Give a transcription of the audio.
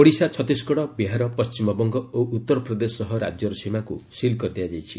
ଓଡ଼ିଶା ଛତିଶଗଡ଼ ବିହାର ପଶ୍ଚିମବଙ୍ଗ ଓ ଉତ୍ତରପ୍ରଦେଶ ସହ ରାକ୍ୟର ସୀମାକୁ ସିଲ୍ କରିଦିଆଯାଇଛି